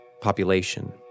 Population